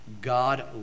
God